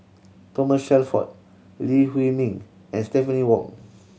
Thomas Shelford Lee Huei Min and Stephanie Wong